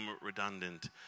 redundant